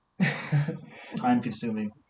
Time-consuming